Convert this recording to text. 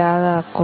ആവാം കണ്ടിഷനുകൾ ആവാം കംപോണൻറ് കണ്ടിഷൻ ആവാം പാത്തുകൾ ആകാം